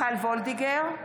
מיכל וולדיגר,